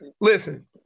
listen